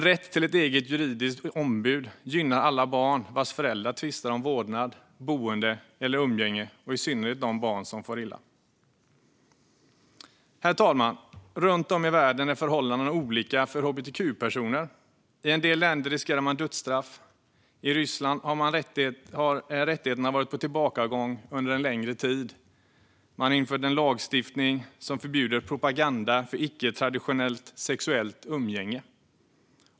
Rätt till ett eget juridiskt biträde gynnar alla barn vars föräldrar tvistar om vårdnad, boende eller umgänge, i synnerhet de barn som far illa. Herr talman! Runt om i världen är förhållandena olika för hbtq-personer. I en del länder riskerar man dödsstraff. I Ryssland har rättigheterna varit på tillbakagång under en längre tid. Det har införts lagstiftning som förbjuder propaganda för icke-traditionellt sexuellt umgänge.